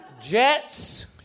Jets